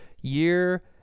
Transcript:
year